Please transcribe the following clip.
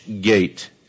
gate